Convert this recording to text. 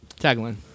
Tagline